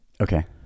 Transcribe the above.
Okay